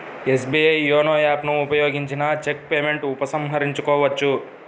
SBI YONO app ను ఉపయోగించిన cheque payment ఉపసంహరించుకోవచ్చు